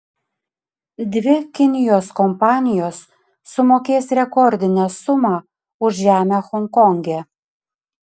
dvi kinijos kompanijos sumokės rekordinę sumą už žemę honkonge